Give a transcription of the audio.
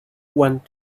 want